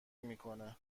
میکنه